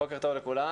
בוקר טוב לכולם.